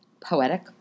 Poetic